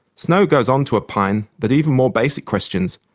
snow goes on to opine that even more basic questions,